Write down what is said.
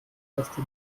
taste